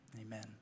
Amen